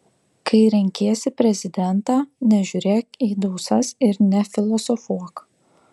kai renkiesi prezidentą nežiūrėk į dausas ir nefilosofuok